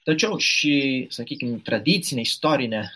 tačiau šį sakykim tradicinė istorinė